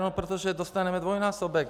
No protože dostaneme dvojnásobek.